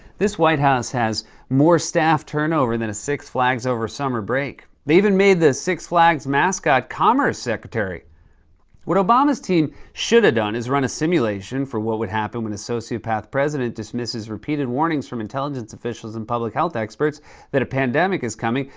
this white house has more staff turnover than a six flags over summer break. they made the six flags mascot commerce secretary what obama's team should have done is run a simulation for what would happen when a sociopath president dismisses repeated warnings from intelligence officials and public health experts that a pandemic is coming.